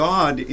God